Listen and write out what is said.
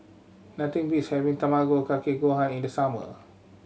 nothing beats having Tamago Kake Gohan in the summer